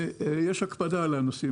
ויש הקפדה על כך.